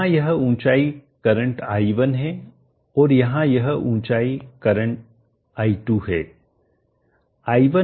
यहाँ यह ऊँचाई करंट i1 है और यहाँ यह ऊँचाई करंट i2 है